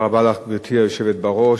גברתי היושבת בראש,